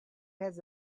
has